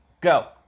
go